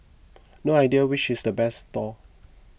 no idea which is the best stall